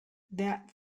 that